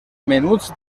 menuts